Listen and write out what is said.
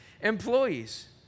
employees